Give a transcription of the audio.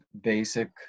basic